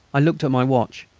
i looked at my watch.